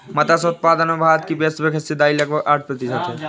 मत्स्य उत्पादन में भारत की वैश्विक हिस्सेदारी लगभग आठ प्रतिशत है